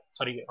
Sorry